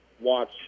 watch